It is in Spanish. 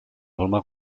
forma